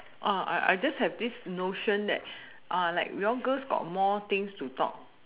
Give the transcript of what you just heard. I I just have this notion that like you all girls have more things to talk